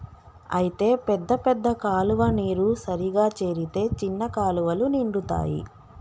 అయితే పెద్ద పెద్ద కాలువ నీరు సరిగా చేరితే చిన్న కాలువలు నిండుతాయి